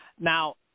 now